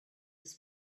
was